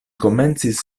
komencis